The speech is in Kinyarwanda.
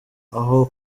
aho